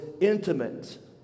intimate